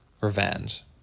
revenge